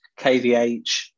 KVH